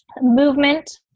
movement